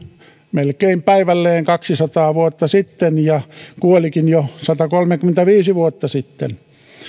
melkein päivälleen kaksisataa vuotta sitten ja kuolikin jo satakolmekymmentäviisi vuotta sitten